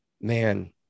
man